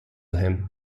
him